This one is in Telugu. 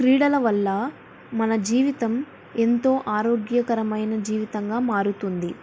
క్రీడల వల్ల మన జీవితం ఎంతో ఆరోగ్యకరమైన జీవితంగా మారుతుంది